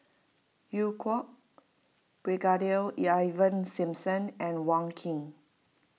Eu Kong Brigadier Ivan Simson and Wong Keen